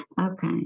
okay